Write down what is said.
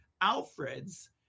Alfred's